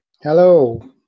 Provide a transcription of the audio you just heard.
Hello